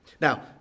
Now